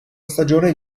stagione